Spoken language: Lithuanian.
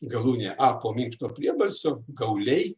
galūnė a po minkšto priebalsio gauliai